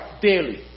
daily